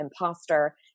imposter